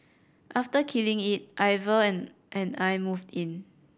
after killing it Ivan and I moved in